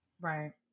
Right